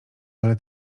ale